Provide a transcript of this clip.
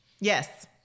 Yes